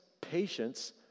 patience